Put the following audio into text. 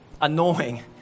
annoying